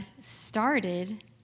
started